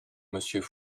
monsieur